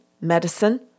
medicine